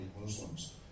Muslims